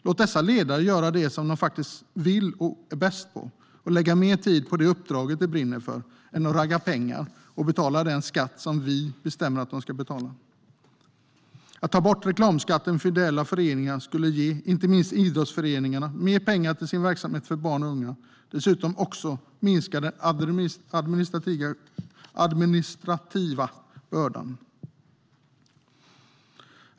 Låt dessa ledare gör det som de faktiskt vill och är bäst på, så att de kan lägga mer tid på det uppdrag som de brinner för än att ragga pengar och betala den skatt som vi bestämmer att de ska betala. Att ta bort reklamskatten för ideella föreningar skulle ge inte minst idrottsföreningarna mer pengar till sin verksamhet för barn och unga. Dessutom skulle den administrativa bördan minska.